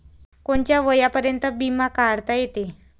कोनच्या वयापर्यंत बिमा काढता येते?